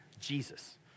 Jesus